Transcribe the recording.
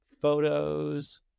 photos